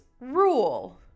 Rule